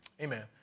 Amen